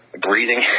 breathing